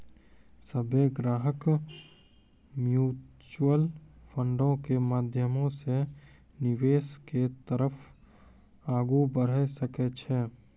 सभ्भे ग्राहक म्युचुअल फंडो के माध्यमो से निवेश के तरफ आगू बढ़ै सकै छै